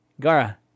Gara